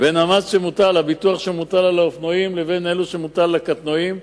בין גובה הביטוח שמוטל על האופנועים לבין מה שמוטל על הקטנועים,